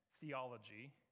theology